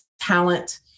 talent